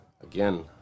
Again